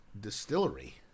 distillery